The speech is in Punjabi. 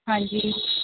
ਹਾਂਜੀ